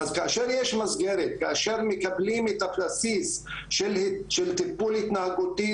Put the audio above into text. כאשר יש מסגרת ומקבלים את הבסיס של טיפול התנהגותי,